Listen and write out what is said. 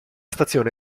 stazione